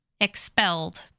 Expelled